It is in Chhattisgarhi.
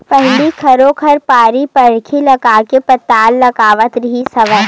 पहिली घरो घर बाड़ी बखरी लगाके पताल लगावत रिहिस हवय